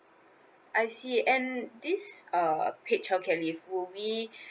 I see and this uh paid childcare leave would we